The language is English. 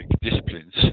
disciplines